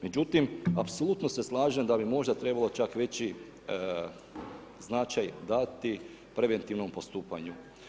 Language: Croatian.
Međutim, apsolutno se slažem da bi možda trebalo čak veći značaj dati preventivnom postupanju.